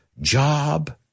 job